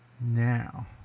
Now